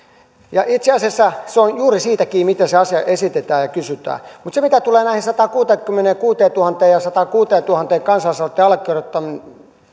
ja itse asiassa se on juuri siitä kiinni miten se asia esitetään ja kysytään mutta mitä tulee näihin sataankuuteenkymmeneenkuuteentuhanteen ja sataankuuteentuhanteen kansalaisaloitteen allekirjoittaneeseen